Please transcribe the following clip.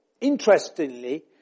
interestingly